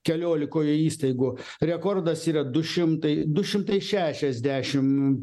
keliolikoje įstaigų rekordas yra du šimtai du šimtai šešiasdešim